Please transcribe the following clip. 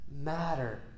matter